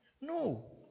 No